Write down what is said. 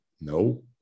no